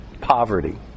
poverty